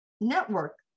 network